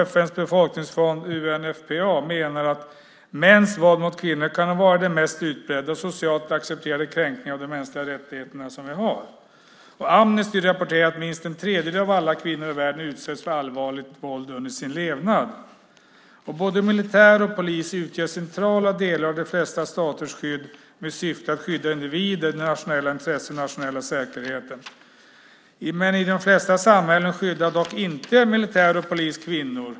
FN:s befolkningsfond UNFPA menar att mäns våld mot kvinnor kan vara den mest utbredda och socialt accepterade kränkningen av de mänskliga rättigheterna som finns. Amnesty rapporterar att minst en tredjedel av alla kvinnor i världen utsätts för allvarligt våld under sin levnad. Både militär och polis utgör centrala delar av de flesta staters skydd med syfte att skydda individer, det nationella intresset och den nationella säkerheten. Men i de flesta samhällen skyddar dock inte militär och polis kvinnor.